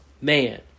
man